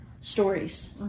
stories